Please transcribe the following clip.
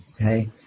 Okay